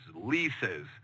leases